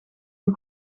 een